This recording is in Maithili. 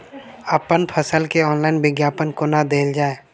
अप्पन फसल केँ ऑनलाइन विज्ञापन कोना देल जाए?